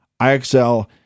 IXL